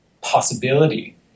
possibility